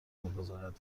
میگذارد